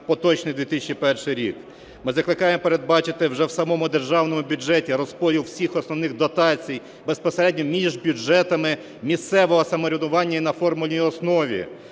поточний 2021 рік. Ми закликаємо передбачити вже в самому державному бюджеті розподіл усіх основних дотацій безпосередньо між бюджетами місцевого самоврядування і на формульній основі.